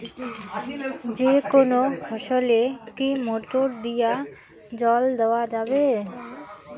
যেকোনো ফসলে কি মোটর দিয়া জল দেওয়া যাবে?